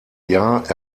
jahr